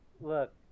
Look